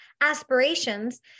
aspirations